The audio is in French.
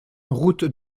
route